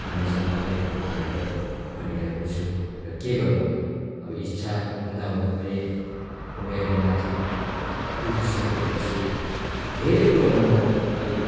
भन्ने चाहिँ म अहिलेको भाइहरूलाई भनिरहेको छु र के गर्नु अब इच्छा हुँदा हुँदा पनि उमेरले माथि पुगिसकेपछि धेरै कुरोमा म अहिले